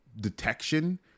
detection